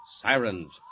Sirens